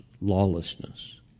lawlessness